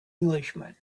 englishman